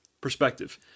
perspective